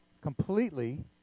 completely